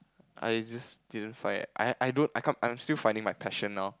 I just didn't find it I I don't I'm still finding my passion now